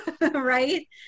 Right